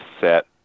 set